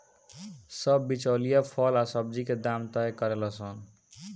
सब बिचौलिया फल आ सब्जी के दाम तय करेले सन